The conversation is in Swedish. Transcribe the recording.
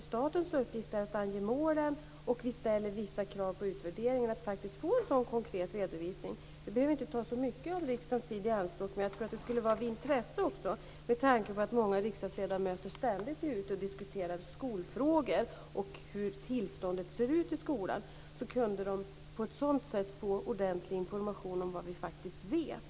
Statens uppgift är ju att ange målen och vi ställer vissa krav på utvärderingen. Att få en sådan konkret redovisning behöver inte ta så mycket av riksdagens tid i anspråk men det skulle vara av intresse med tanke på att många riksdagsledamöter ständigt är ute och diskuterar skolfrågor och hur det ser ut i skolan. På så sätt skulle de få ordentlig information om vad vi faktiskt vet.